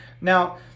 Now